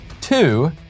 Two